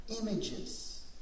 Images